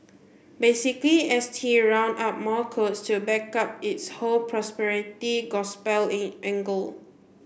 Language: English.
basically S T rounded up more quotes to back up its whole prosperity gospel in angle